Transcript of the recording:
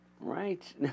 Right